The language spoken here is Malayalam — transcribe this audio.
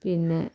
പിന്നെ